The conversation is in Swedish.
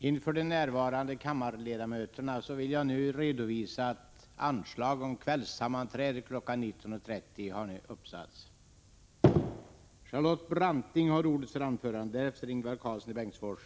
Inför de närvarande kammarledamöterna vill jag nu redovisa att anslag om kvällssammanträde kl. 19.30 har uppsatts.